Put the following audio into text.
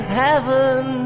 heaven